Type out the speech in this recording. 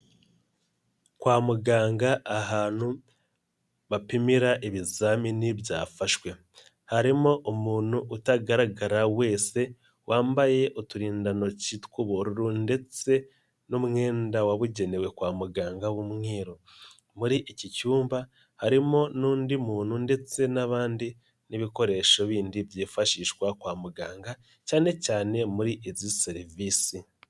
Kwa muganga ahantu bapimira ibizamini byafashwe, harimo umuntu utagaragara wese, wambaye uturindantoki tw'ubururu ndetse n'umwenda wabugenewe kwa muganga w'umweru, muri iki cyumba harimo n'undi muntu ndetse n'abandi n'ibikoresho bindi byifashishwa kwa muganga, cyane cyane muri izi serivisi.